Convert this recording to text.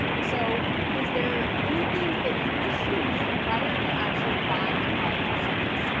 so is there anything that you wish you knew prior to actually buying the product or service?